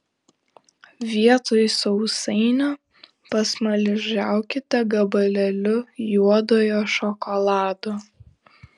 vietoj sausainio pasmaližiaukite gabalėliu juodojo šokolado